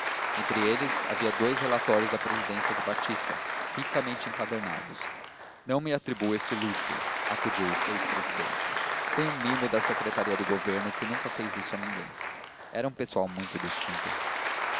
entre eles havia dous relatórios da presidência de batista ricamente encadernados não me atribua esse luxo acudiu o ex presidente foi um mimo da secretaria do governo que nunca fez isto a ninguém era um pessoal muito distinto